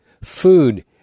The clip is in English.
Food